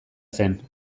zen